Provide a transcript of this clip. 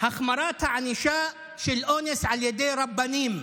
החמרת הענישה של אונס והטרדות מיניות על ידי רבנים?